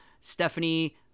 Stephanie